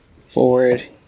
forward